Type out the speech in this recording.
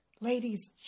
Ladies